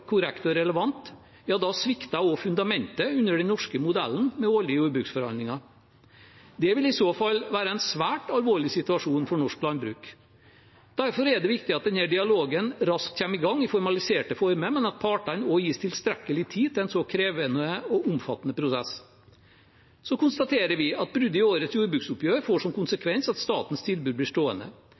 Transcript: og relevant, svikter også fundamentet under den norske modellen med årlige jordbruksforhandlinger. Det vil i så fall være en svært alvorlig situasjon for norsk landbruk. Derfor er det viktig at denne dialogen raskt kommer i gang i formaliserte former, men at partene også gis tilstrekkelig med tid til en så krevende og omfattende prosess. Vi konstaterer at bruddet i årets jordbruksoppgjør får som konsekvens at statens tilbud blir stående.